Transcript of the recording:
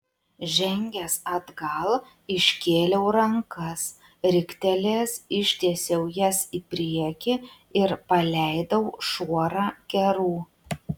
žengęs atgal iškėliau rankas riktelėjęs ištiesiau jas į priekį ir paleidau šuorą kerų